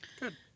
Good